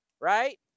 right